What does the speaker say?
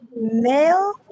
Male